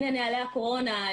הנה נהלי הקורונה".